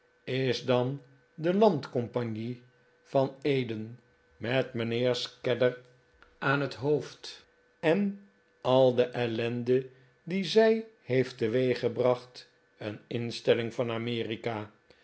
is dan de land compagnie van eden met mijnheer scadder aan het hoofd en al de ellende die zij heeft teweeggebracht een instelling van amerika